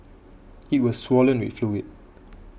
it was swollen with fluid